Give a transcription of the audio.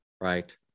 right